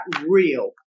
real